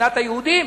במדינת היהודים?